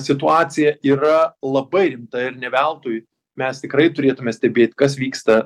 situacija yra labai rimta ir ne veltui mes tikrai turėtume stebėt kas vyksta